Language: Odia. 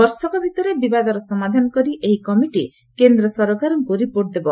ବର୍ଷକ ଭିତରେ ବିବାଦର ସମାଧାନ କରି ଏହି କମିଟି କେନ୍ଦ୍ର ସରକାରଙ୍କୁ ରିପୋର୍ଟ ଦେବ